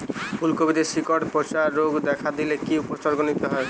ফুলকপিতে শিকড় পচা রোগ দেখা দিলে কি কি উপসর্গ নিতে হয়?